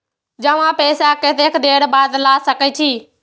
जमा पैसा कतेक देर बाद ला सके छी?